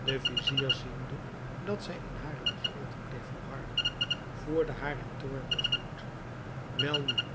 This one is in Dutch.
de vizier ziende dat zij in hare begeerte bleef volharden voerde haar in toorn te gemoet welnu